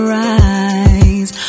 rise